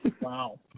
Wow